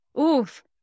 Oof